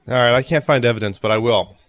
alright i can't find evidence but i will.